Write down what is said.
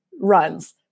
runs